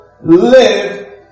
live